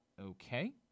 Okay